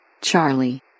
Charlie